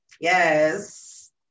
Yes